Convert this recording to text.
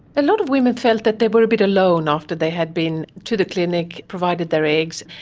a lot of women felt that they were a bit alone after they had been to the clinic, provided their eggs.